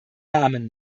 namen